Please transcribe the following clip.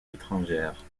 étrangère